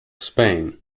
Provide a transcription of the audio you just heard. spain